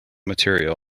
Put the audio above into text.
material